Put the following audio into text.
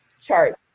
chart